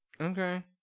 Okay